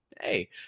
Hey